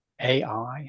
AI